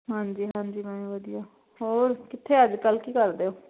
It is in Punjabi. ਹਾਂਜੀ ਹਾਂਜੀ ਮੈਂ ਵੀ ਵਧੀਆ ਹੋਰ ਕਿੱਥੇ ਅੱਜ ਕੱਲ੍ਹ ਕੀ ਕਰਦੇ ਹੋ